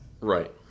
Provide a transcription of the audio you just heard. Right